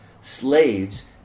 slaves